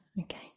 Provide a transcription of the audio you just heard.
Okay